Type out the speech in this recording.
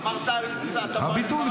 אמרת על שר הביטחון.